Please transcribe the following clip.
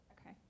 Okay